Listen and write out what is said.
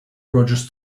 rogers